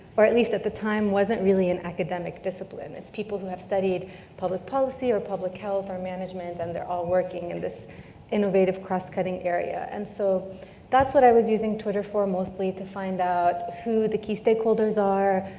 or at least at the time wasn't really an academic discipline, it's people who have studied public policy or public health or management and they're all working in this innovative, cross-cutting area. and so that's what i was using twitter for mostly, to find out who the key stakeholders are,